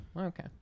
Okay